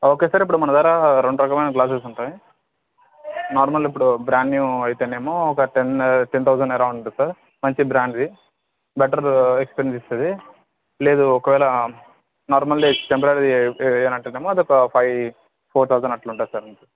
okay sir ఇప్పుడు మన దగ్గర రెండు రకమైన గ్లాసెస్ ఉంటాయి నార్మల్ ఇప్పుడు బ్రాండ్ న్యూ అయితే ఏమో ఒక ten ten thousand around sir మంచి బ్రాండ్వీ బెటర్ ఎక్సపెన్సెస్ ఇస్తుంది లేదు ఒకవేళ నార్మల్ టెంపరీది వేయాలంటే ఏమో అది ఒక ఫైవ్ ఫోర్ థౌసండ్ అట్ల ఉంటుంది సార్ మీకు